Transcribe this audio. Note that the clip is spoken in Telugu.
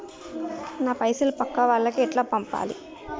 నా పైసలు పక్కా వాళ్లకి ఎట్లా పంపాలి?